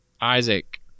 Isaac